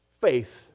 Faith